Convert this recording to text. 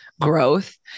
growth